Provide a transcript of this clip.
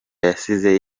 yasize